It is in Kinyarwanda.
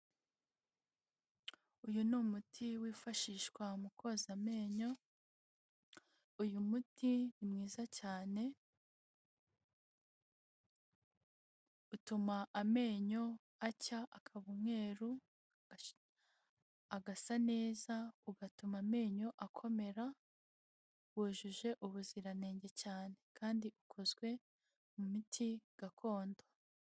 Uyu ni umuti wifashishwa mu koza amenyo, uyu muti ni mwiza cyane, utuma amenyo acya akaba umweru agasa neza, ugatuma amenyo akomera, wujuje ubuziranenge cyane kandi ukozwe mu miti gakondo.